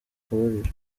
akabariro